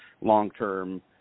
long-term